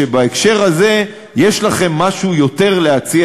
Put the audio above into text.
שבהקשר הזה יש לכם להציע